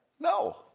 No